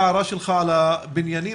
הוועדה לזכויות הילד בנושא מצבם של תלמידים